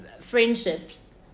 friendships